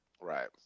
Right